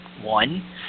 One